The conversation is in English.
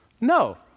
No